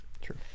True